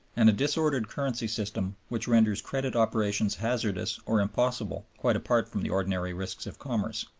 and a disordered currency system which renders credit operations hazardous or impossible quite apart from the ordinary risks of commerce.